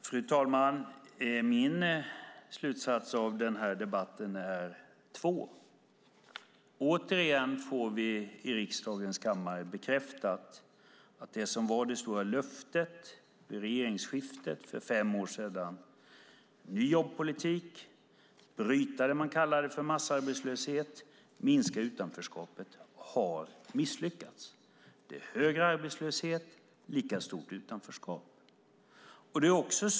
Fru talman! Mina slutsatser av den här debatten är två. Återigen får vi i riksdagens kammare bekräftat att det som var det stora löftet vid regeringsskiftet för fem år sedan - en ny jobbpolitik, att bryta det som man kallade för massarbetslöshet och att minska utanförskapet - har misslyckats. Det är högre arbetslöshet och lika stort utanförskap.